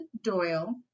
Doyle